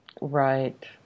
Right